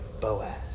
Boaz